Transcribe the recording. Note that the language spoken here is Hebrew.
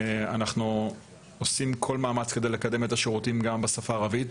אנחנו עושים כל מאמץ כדי לקדם את השירותים גם בשפה הערבית.